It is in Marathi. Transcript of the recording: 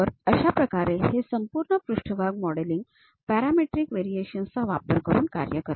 तर अशा प्रकारे हे संपूर्ण पृष्ठभाग मॉडेलिंग पॅरामेट्रिक व्हेरिएशन्स चा वापर करून कार्य करते